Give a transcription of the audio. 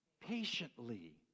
patiently